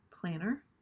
planner